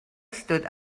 stood